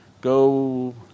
go